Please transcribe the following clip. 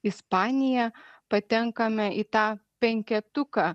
ispanija patenkame į tą penketuką